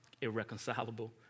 irreconcilable